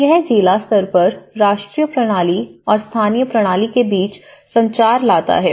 तो यह जिला स्तर पर राष्ट्रीय प्रणाली और स्थानीय प्रणाली के बीच संचार लाता है